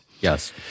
Yes